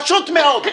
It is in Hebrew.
פשוט מאוד.